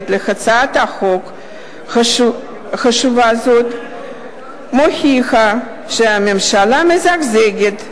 להצעת חוק חשובה זו מוכיחה שהממשלה מזגזגת,